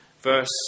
Verse